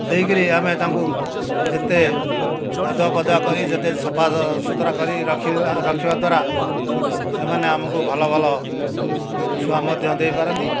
ଦେଇକି ଆମେ ତାଙ୍କୁ ଯେତେ ଗାଧୁଆପାଧୁଆ କରି ଯେତେ ସଫାସୁତୁରା କରି ରଖିଲା ରଖିବାଦ୍ୱାରା ସେମାନେ ଆମକୁ ଭଲ ଭଲ ଛୁଆ ମଧ୍ୟ ଦେଇପାରନ୍ତି